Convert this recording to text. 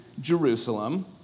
Jerusalem